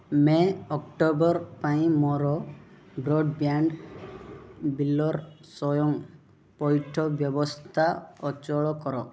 May October ପାଇଁ ମୋର broadband ବିଲ୍ର ସ୍ଵୟଂ ପଇଠ ବ୍ୟବସ୍ଥା ଅଚଳ କର